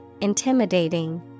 Intimidating